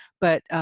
but